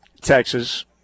Texas